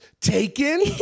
taken